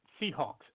Seahawks